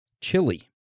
Chili